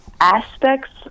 aspects